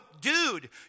dude